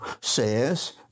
Says